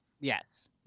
Yes